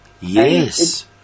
Yes